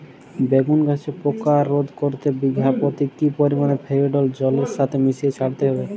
বেগুন গাছে পোকা রোধ করতে বিঘা পতি কি পরিমাণে ফেরিডোল জলের সাথে মিশিয়ে ছড়াতে হবে?